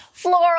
floral